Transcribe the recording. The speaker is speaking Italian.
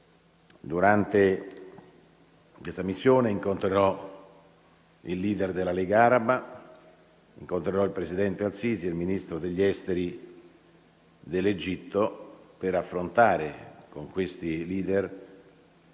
Durante questa missione incontrerò il *leader* della Lega araba, incontrerò il presidente al-Sisi e il Ministro degli esteri dell'Egitto per affrontare con questi *leader*